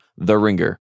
THERINGER